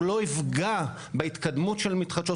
הוא לא יפגע בהתקדמות של מתחדשות.